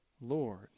Lord